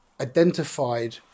identified